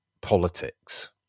politics